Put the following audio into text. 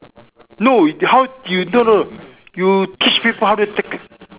no how you no no you teach people how to take